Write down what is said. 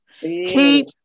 Keep